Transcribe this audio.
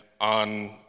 on